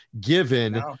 given